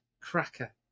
cracker